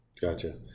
Gotcha